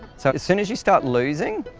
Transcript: so as soon as you start losing,